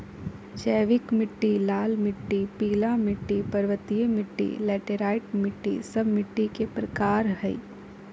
जैविक मिट्टी, लाल मिट्टी, पीला मिट्टी, पर्वतीय मिट्टी, लैटेराइट मिट्टी, सब मिट्टी के प्रकार हइ